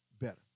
better